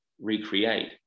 recreate